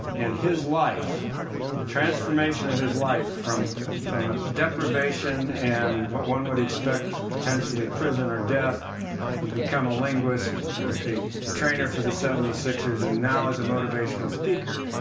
and his life the transformation of his life from from ah deprivation and what one would expect potentially prison or death he become a linguist, a trainer for the seventy six ers and now is a motivational speaker.